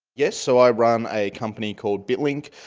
yes, so i run a company called bitlink,